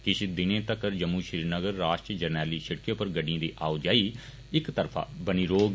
किश दिनें तक्कर जम्मू श्रीनगर राष्ट्रीय जरनैली शिड़के पर गडिडयें दी आओजाई इक तरफा बनी रौहग